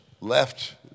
left